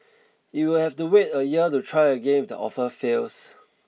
it will have to wait a year to try again if the offer fails